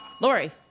Lori